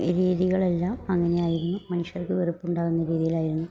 രീതികളെല്ലാം അങ്ങനെയായിരുന്നു മനുഷ്യർക്ക് വെറുപ്പുണ്ടാകുന്ന രീതിയിലായിരുന്നു